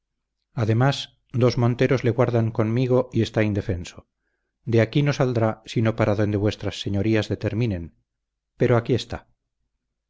además dos monteros le guardan conmigo y está indefenso de aquí no saldrá sino para donde vuestras señorías determinen pero aquí está